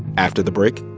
after the break,